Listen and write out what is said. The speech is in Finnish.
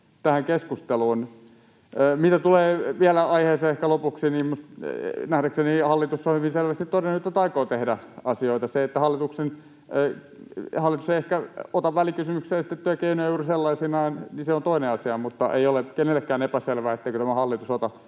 tähän keskusteluun. Lopuksi, mitä tulee vielä aiheeseen, niin nähdäkseni hallitus on hyvin selvästi todennut, että se aikoo tehdä asioita. Se, että hallitus ei ehkä ota välikysymyksessä esitettyjä keinoja juuri sellaisinaan, on toinen asia, mutta ei ole kenellekään epäselvää, etteikö tämä hallitus ota